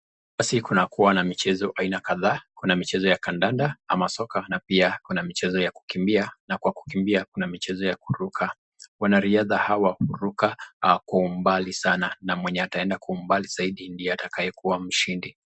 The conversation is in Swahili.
Basi kunakuwa na michezo aina kadhaa, kuna michezo ya kandanda ama soka na pia kuna michezo ya kukimbia na kwa kukimbia kuna michezo ya kuruka, wanariadha hawa huruka kwa umbali sana na mwenye ataenda kwa umbali zaidi ndiye atakaye kuwa mshindi.